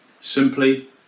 Simply